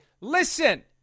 Listen